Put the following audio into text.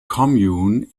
commune